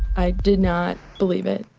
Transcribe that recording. i did not believe it.